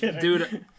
Dude